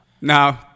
no